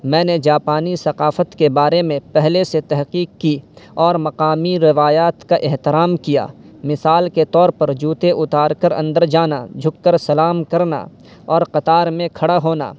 میں نے جاپانی ثقافت کے بارے میں پہلے سے تحقیق کی اور مقامی روایات کا احترام کیا مثال کے طور پر جوتے اتار کر اندر جانا جھک کر سلام کرنا اور قطار میں کھڑا ہونا